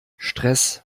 stress